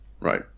right